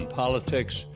Politics